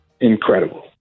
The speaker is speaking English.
incredible